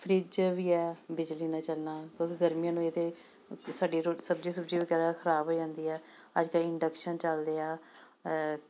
fridge ਵੀ ਹੈ ਬਿਜਲੀ ਨਾਲ ਚੱਲਣਾ ਕਿਉਂਕਿ ਗਰਮੀਆਂ ਨੂੰ ਇਹ ਤਾਂ ਸਾਡੀਆਂ ਰੋ ਸਬਜ਼ੀਆਂ ਸੁਬਜ਼ੀਆਂ ਵਗੈਰਾ ਖਰਾਬ ਹੋ ਜਾਂਦੀ ਹੈ ਅੱਜ ਕੱਲ੍ਹ ਇੰਡਕਸ਼ਨ ਚਲਦੇ ਆ